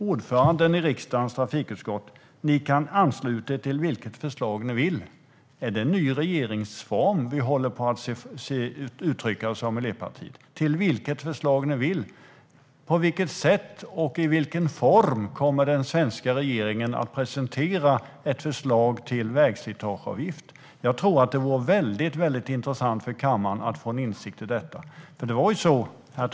Ordföranden i riksdagens trafikutskott säger sedan: Ni kan ansluta er till vilket förslag ni vill. Är det en ny regeringsform vi ser uttryckas av Miljöpartiet? På vilket sätt och i vilken form kommer den svenska regeringen att presentera ett förslag till vägslitageavgift? Det vore intressant för kammaren att få en insikt i detta.